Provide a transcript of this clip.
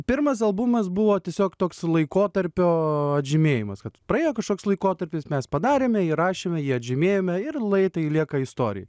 pirmas albumas buvo tiesiog toks laikotarpio atžymėjimas kad praėjo kažkoks laikotarpis mes padarėme įrašėme jį atžymėjome ir lai tai lieka istorijai